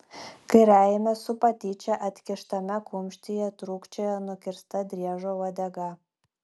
kairiajame su patyčia atkištame kumštyje trūkčioja nukirsta driežo uodega